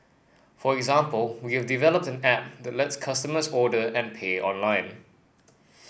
for example we have developed an app that lets customers order and pay online